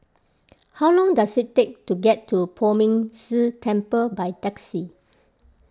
how long does it take to get to Poh Ming Tse Temple by taxi